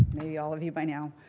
maybe all of you by now,